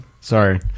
sorry